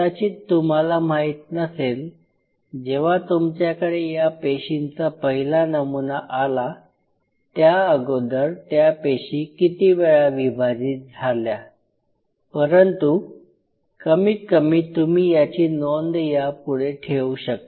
कदाचित तुम्हाला माहित नसेल जेव्हा तुमच्याकडे या पेशींचा पहिला नमुना आला त्या अगोदर त्या पेशी किती वेळा विभाजित झाल्या परंतु कमीत कमी तुम्ही याची नोंद यापुढे ठेवू शकता